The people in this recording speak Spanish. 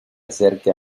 acerque